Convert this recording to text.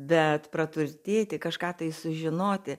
bet praturtėti kažką tai sužinoti